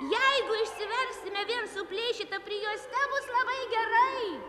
jeigu išsiversime vien suplėšyta prijuoste bus labai gerai